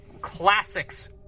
Classics